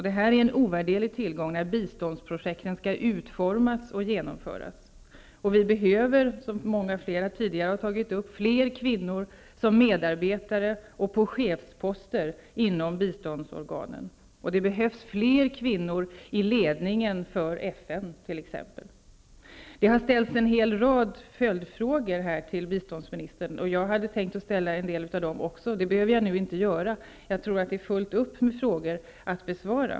Detta är en ovärderlig tillgång när biståndsprojekten skall utformas och genomföras. Vi behöver, som många tidigare har påpekat, fler kvinnor som medarbetare och på chefsposter inom biståndsorganen. Det behövs t.ex. fler kvinnor i ledningen för FN. Det har här ställts en hel rad frågor till biståndsministern. Jag hade tänkt ställa en del av dem, men det behöver jag nu inte göra. Jag tror att biståndsministern har fullt upp med frågor att besvara.